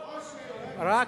חושך.